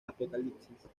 apocalipsis